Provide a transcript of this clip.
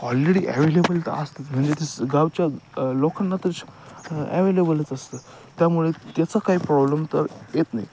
already available तर असतच म्हणजे तस् गावच्या लोकांना तर च् ॲवेलेबलच असतं त्यामुळे त्याचा काही प्रॉब्लेम तर येत नाही